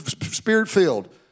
spirit-filled